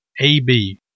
AB